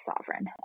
sovereign